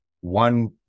One